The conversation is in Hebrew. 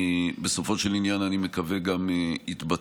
בסופו של עניין, אני מקווה, גם יתבצע.